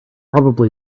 probably